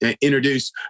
introduce